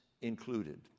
included